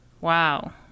Wow